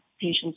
patients